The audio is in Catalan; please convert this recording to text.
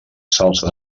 salsa